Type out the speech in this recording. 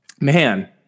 Man